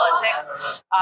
politics